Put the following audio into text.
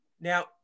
Now